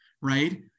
right